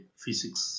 physics